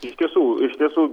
iš tiesų iš tiesų